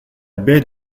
baie